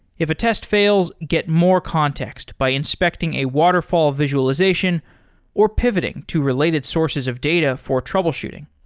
if a test fails, get more context by inspecting a waterfall visualization or pivoting to related sources of data for troubleshooting.